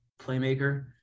playmaker